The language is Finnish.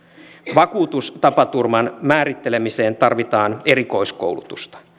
vakuutustapaturman määrittelemiseen tarvitaan erikoiskoulutusta